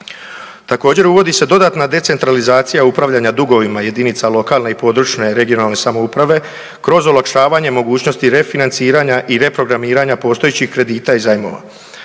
Također, uvodi se dodatna decentralizacija upravljanja dugovima jedinica lokalne i područne (regionalne) samouprave kroz olakšavanje mogućnosti refinanciranja i reprogramiranja postojećih kredita i zajmova.